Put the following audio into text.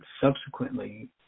subsequently